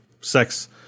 Sex